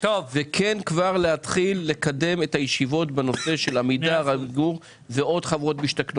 כמה היו לפני חמש שנים?